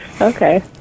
okay